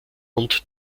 und